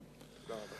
השר,